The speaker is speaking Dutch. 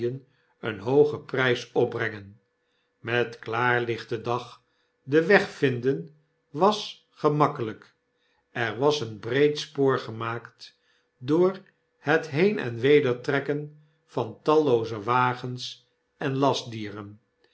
een hoogen prys opbrengen met klaarlichten dag den weg te vinden was gemakkelyk er was een breed spoor gemaakt door het heen en weder trekken van tallooze wagens en